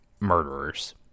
murderers